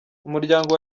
umuryango